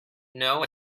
know